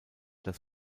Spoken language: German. das